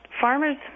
farmers